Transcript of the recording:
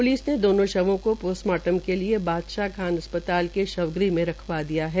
प्लसि ने दोनों शवों को पोस्टमार्टम के लिए बादशाह खान अस्पताल में शव ग्रह में रखवा दिया है